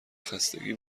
خستگی